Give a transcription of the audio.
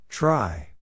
Try